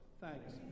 Thanks